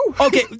Okay